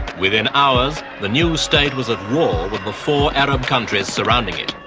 within hours, the new state was at war with the four arab countries surrounding it.